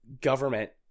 government